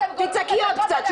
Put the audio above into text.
תצעקי עוד קצת.